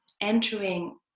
entering